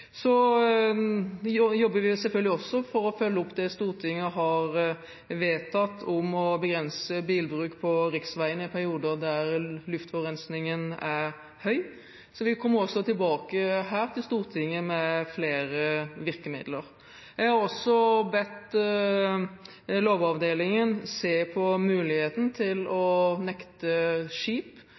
Vi jobber selvfølgelig også for å følge opp det Stortinget har vedtatt om å begrense bilbruk på riksveiene i perioder der luftforurensningen er høy, så vi kommer tilbake til Stortinget med flere virkemidler. Jeg har også bedt lovavdelingen se på muligheten til å nekte skip